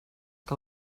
que